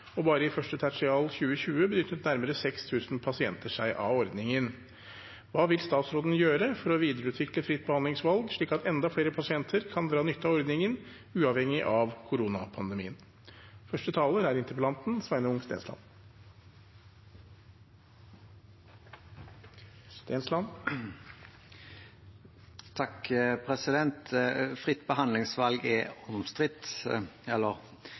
og bare i første tertial i år benyttet nærmere 6 000 pasienter seg av ordningen. Så da er jeg spent på svaret fra statsråden på hva han vil gjøre for å videreutvikle fritt behandlingsvalg, slik at enda flere pasienter kan ha nytte av ordningen. Regjeringen innførte fritt behandlingsvalg-ordningen i 2015. Målet med ordningen er